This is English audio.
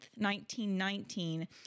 1919